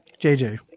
JJ